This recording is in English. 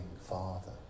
father